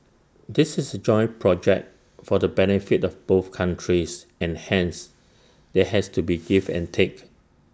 this is A joint project for the benefit of both countries and hence there has to be give and take